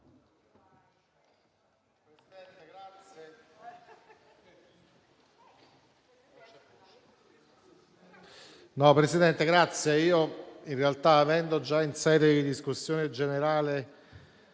Presidente, in realtà avendo già in sede di discussione generale